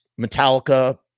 metallica